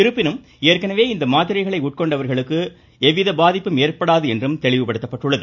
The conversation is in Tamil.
இருப்பினும் ஏற்கனவே இந்த மாத்திரைகளை உட்கொண்டவர்களுக்கு எவ்வித பாதிப்பும் ஏற்படாது என்றும் தெளிவுபடுத்தியுள்ளது